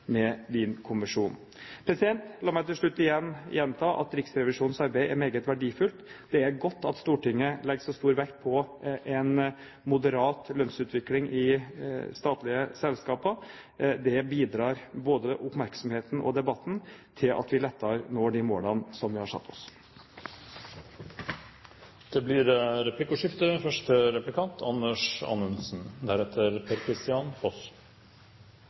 med Wien-konvensjonen. La meg til slutt igjen gjenta at Riksrevisjonens arbeid er meget verdifullt. Det er godt at Stortinget legger så stor vekt på en moderat lønnsutvikling i statlige selskaper. Både oppmerksomheten og debatten bidrar til at vi lettere når de målene som vi har satt oss. Det blir replikkordskifte.